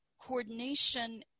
Coordination